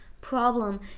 problem